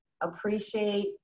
appreciate